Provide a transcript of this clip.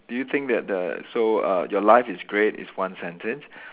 did you think that the so uh your life is great is one sentence